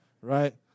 right